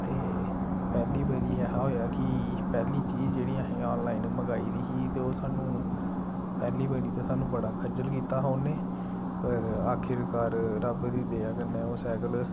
ते पैह्ली बारी ऐसा होएआ कि पैह्ली चीज जेह्ड़ी असें आनलाइन मंगाई दी ही ते ओह् सानूं पैह्ली बारी ते सानूं बड़ा खज्जल कीता हा उ'न्नै पर आखिरकार रब्ब दी दया कन्ने ओह् सैकल